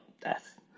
death